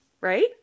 right